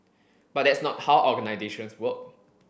but that's not how organisations work